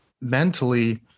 mentally